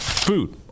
food